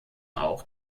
auch